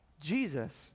Jesus